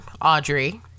Audrey